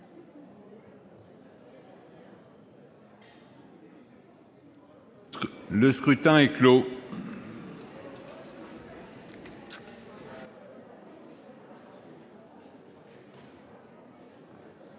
Le scrutin est clos.